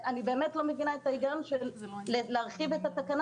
אני באמת לא מבינה את ההיגיון של להרחיב את התקנה